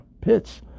pits